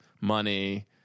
money